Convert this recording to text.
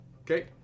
Okay